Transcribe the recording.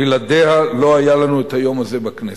בלעדיה לא היה לנו את היום הזה בכנסת.